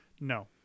No